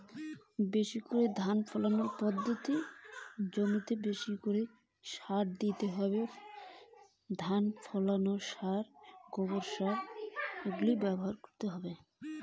বেশি করে ধান ফলানোর পদ্ধতি?